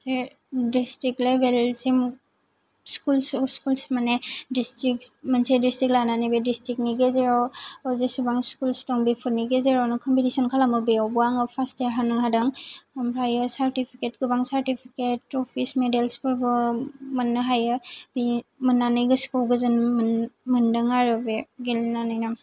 district लेबेलसिम schools माने district मोनसे दिस्ट्रिक लानानै बे दिस्ट्रिकनि गेजेराव जेसेबां स्कुलस् दं बेफोरनि गेजेरावनो कमपिटिशन खालामो बेयावबो आङो फोर्स्ट देरहानो हादों ओमफ्राय सार्टिफिकेट गोबां सार्टिफिकेट ट्रफिस मेडेल्सफोरखौ मोननो हायो मोननानै गोसोखौ गोजोन मोनदों आरो बे गेलेनानैनो